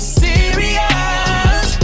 serious